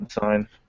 sign